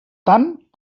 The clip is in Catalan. tant